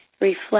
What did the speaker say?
reflect